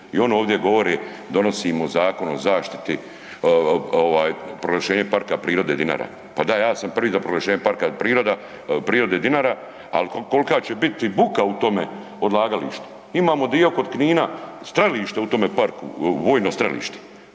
i on ovdje govorimo donosimo zakon o zaštiti, ovaj, proglašenja parka prirode Dinara. Pa da, ja sam prvi za proglašenje parka priroda, prirode Dinara, ali kolika će biti buka u tome odlagalištu. Imamo dio kod Knina, strelište u tome parku, vojno strelište,